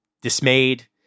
dismayed